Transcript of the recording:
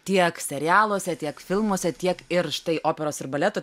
tiek serialuose tiek filmuose tiek ir štai operos ir baleto